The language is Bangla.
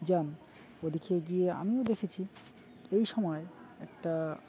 যান ওদের গিয়ে আমিও দেখেছি এই সময় একটা